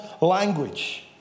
language